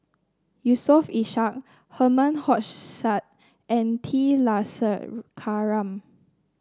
Yusof Ishak Herman Hochstadt and T Kulasekaram